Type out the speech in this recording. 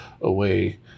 away